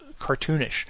cartoonish